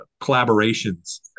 collaborations